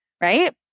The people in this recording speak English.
right